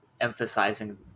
emphasizing